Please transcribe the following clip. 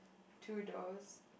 two doors